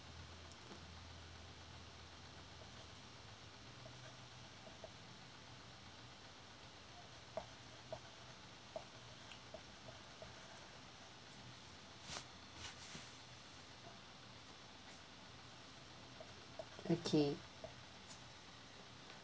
okay